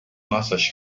nossas